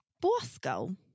Bosco